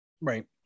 Right